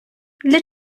для